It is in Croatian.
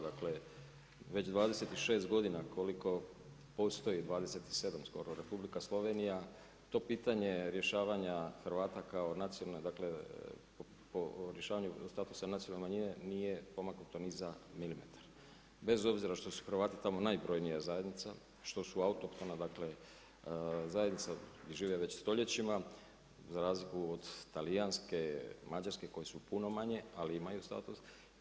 Dakle, već 26 godina koliko postoji, 27 skoro Republika Slovenija, to pitanje rješavanja Hrvata kao nacionalne, dakle, rješavanje statusa nacionalne manjine, nije pomaknuto ni za milimetar, bez obzira što su Hrvati tamo najbrojnija zajednica, što su autohtona, zajednica žive već stoljećima, za razliko do talijanske, mađarske, koje su puno manje, ali imaju status.